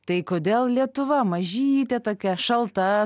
tai kodėl lietuva mažytė tokia šalta